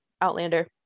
outlander